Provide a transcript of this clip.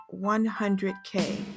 100k